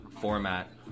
format